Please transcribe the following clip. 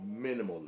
minimally